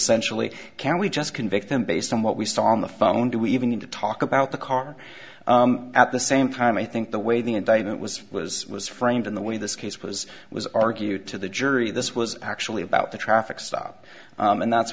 sentially can we just convict them based on what we saw on the phone do we even need to talk about the car at the same time i think the way the indictment was was was framed in the way this case was was argued to the jury this was actually about the traffic stop and that's